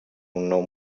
nou